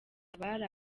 abari